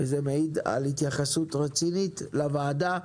זה מעיד על התייחסות רצינית לוועדה.